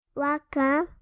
Welcome